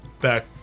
back